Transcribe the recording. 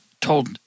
told